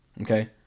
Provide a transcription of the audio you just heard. Okay